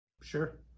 Sure